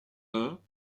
uns